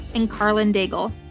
and karlyn daigle.